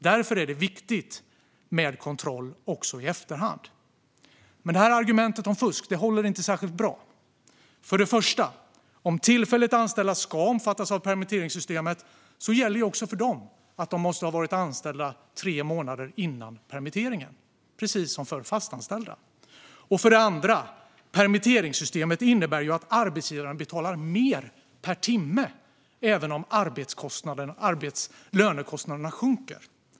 Därför är det viktigt med kontroll också i efterhand. Argumentet om fusk håller dock inte särskilt bra. För det första: om tillfälligt anställda ska omfattas av permitteringssystemet gäller också för dem, precis som för fast anställda, att de måste ha varit anställda tre månader före permitteringen. För det andra: permitteringssystemet innebär att arbetsgivaren betalar mer per timme, även om lönekostnaden sjunker.